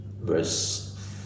verse